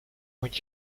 moet